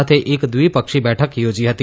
સાથે એક દ્વિપક્ષી બેઠક યોજી હતી